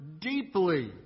deeply